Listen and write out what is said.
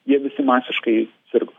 jie visi masiškai sirgo